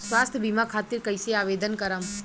स्वास्थ्य बीमा खातिर कईसे आवेदन करम?